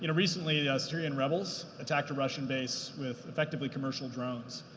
you know recently the ah syrian rebels attacked a russian base with effectively commercial drones,